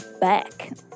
back